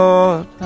Lord